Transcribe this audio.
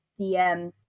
DMs